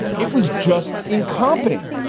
it was just incompetent.